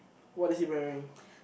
what did he wearing